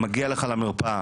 מגיע אליך למרפאה